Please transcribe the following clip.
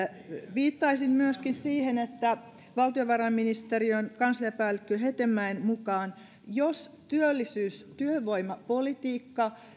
viittaisin myöskin siihen että valtiovarainministeriön kansliapäällikkö hetemäen mukaan jos työllisyys työvoimapolitiikka